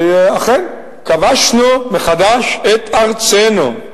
ואכן, כבשנו מחדש את ארצנו.